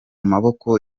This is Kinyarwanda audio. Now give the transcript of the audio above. maboko